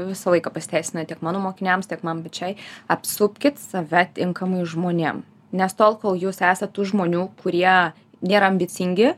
visą laiką pasiteisina tiek mano mokiniams tiek man pačiai apsupkit save tinkamais žmonėm nes tol kol jūs esat tų žmonių kurie nėra ambicingi